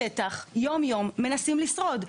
בשטח, יום-יום מנסים לשרוד.